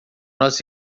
nós